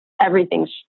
everything's